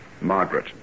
Margaret